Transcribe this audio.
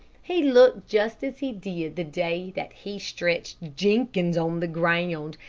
he looked just as he did the day that he stretched jenkins on the ground,